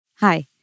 Hi